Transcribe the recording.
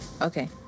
Okay